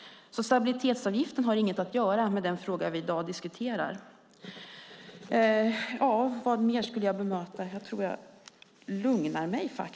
Stabilitetsavgiften har alltså inget att göra med den fråga vi i dag diskuterar. Jag tror att jag lugnar mig där.